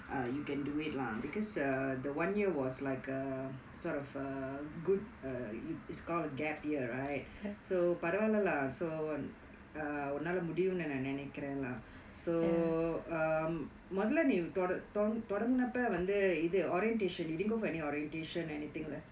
you can do it lah because uh the one year was like a sort of a good err you is called a gap year right so பரவால:paravaala lah உன்னால முடியும்னு நினைக்கிறே:unnalae mudiyumnu ninakiraen lah so um மொதல நீ தொ~ தொ~ தொடங்கும்போது வந்து இது:mothala nee tho~ tho~ thodangumpothu vanthu ithu orientation you didn't go for any orientation anything